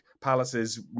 palaces